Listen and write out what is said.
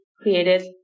created